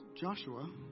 Joshua